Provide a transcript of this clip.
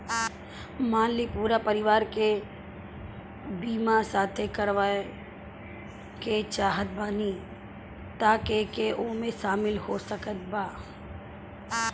मान ली पूरा परिवार के बीमाँ साथे करवाए के चाहत बानी त के के ओमे शामिल हो सकत बा?